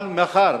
אבל מאחר